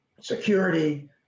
security